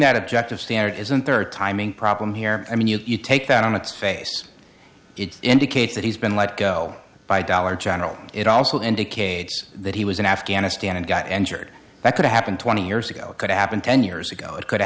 that objective standard isn't there a timing problem here i mean you take that on its face it indicates that he's been let go by dollar general it also indicates that he was in afghanistan and got entered that could have happened twenty years ago it could happen ten years ago it could